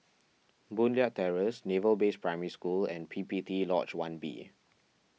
Boon Leat Terrace Naval Base Primary School and P P T Lodge one B